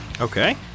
Okay